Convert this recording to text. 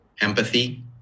Empathy